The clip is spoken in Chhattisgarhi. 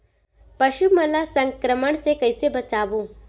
पशु मन ला संक्रमण से कइसे बचाबो?